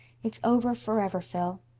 it's over forever, phil.